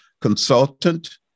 consultant